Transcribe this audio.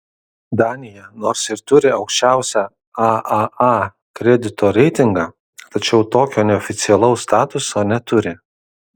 danija nors ir turi aukščiausią aaa kredito reitingą tačiau tokio neoficialaus statuso neturi